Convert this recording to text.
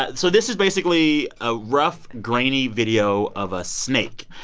ah so this is basically a rough, grainy video of a snake.